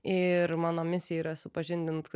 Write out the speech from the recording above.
ir mano misija yra supažindint